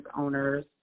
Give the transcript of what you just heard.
owners